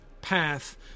path